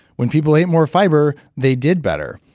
when people ate more fiber, they did better.